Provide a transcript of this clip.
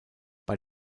bei